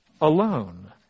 alone